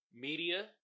media